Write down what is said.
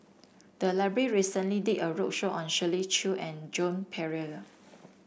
the library recently did a roadshow on Shirley Chew and Joan Pereira